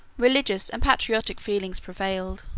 religious and patriotic feelings prevailed.